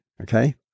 okay